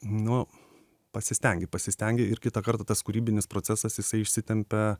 nu pasistengi pasistengi ir kitą kartą tas kūrybinis procesas jisai išsitempia